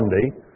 Sunday